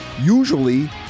usually